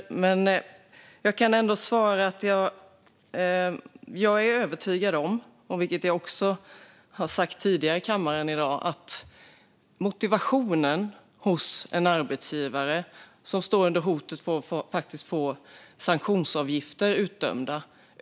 Jag har tidigare i dag i kammaren sagt att jag är övertygad om att motivationen att faktiskt följa föreskrifterna ökar hos en arbetsgivare som står under hotet att få sanktionsavgifter utdömda.